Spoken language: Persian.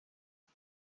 رفت